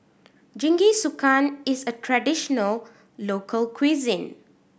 Jingisukan is a traditional local cuisine